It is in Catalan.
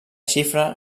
xifra